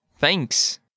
Thanks